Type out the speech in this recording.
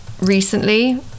recently